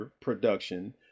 production